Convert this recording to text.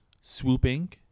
swooping